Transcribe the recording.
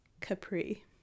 Capri